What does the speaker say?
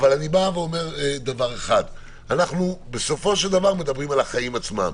אבל בסופו של דבר, אנחנו מדברים על החיים עצמם.